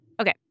okay